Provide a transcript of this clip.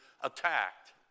attacked